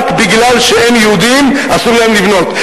רק מפני שהם יהודים אסור להם לבנות.